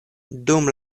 dum